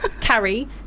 Carrie